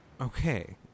Okay